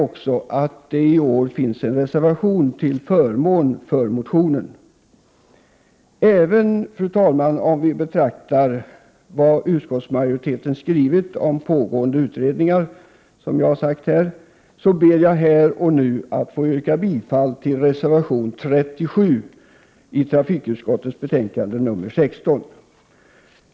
Nytt är 51 Även om vi, fru talman, beaktar vad utskottsmajoriteten har skrivit om pågående utredningar, ber jag här och nu att få yrka bifall till reservation 37 till trafikutskottets betänkande nr 16.